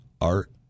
art